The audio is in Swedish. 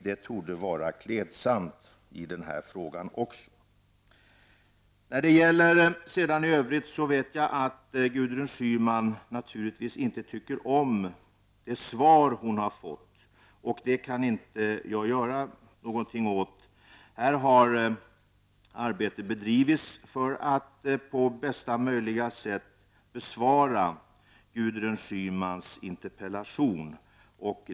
Det torde vara klädsamt i den här frågan också. I övrigt vet jag att Gudrun Schyman naturligtvis inte tycker om det svar hon fått, men det kan inte jag göra någonting åt. Arbete har bedrivits för att på bästa möjliga sätt besvara Gudrun Schymans interpellation.